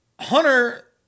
Hunter